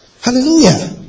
Hallelujah